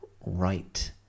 right